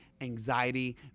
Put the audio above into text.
anxiety